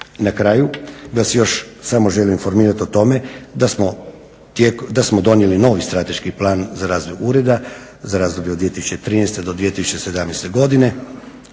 na kraju vas još samo želim informirat o tome da smo donijeli novi strateški plan za razvoj ureda za razdoblje od 2013. do 2017. godine